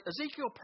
Ezekiel